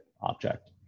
object